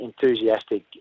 enthusiastic